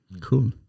Cool